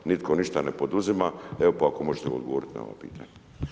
Nitko ništa ne poduzima, evo pa ako možete odgovoriti na ova pitanja.